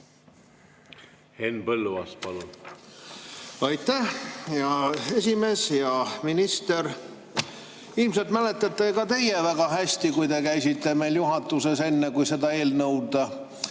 Henn Põlluaas, palun! Aitäh, hea esimees! Hea minister! Ilmselt mäletate ka teie väga hästi, kui te käisite meil juhatuses, enne kui seda eelnõu